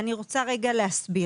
אני רוצה להסביר.